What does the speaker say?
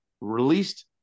released